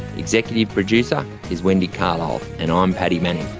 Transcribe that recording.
executive producer is wendy carlisle, and i'm paddy madding